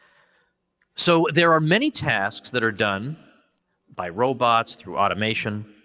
so, there are many tasks that are done by robots, through automation,